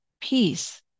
peace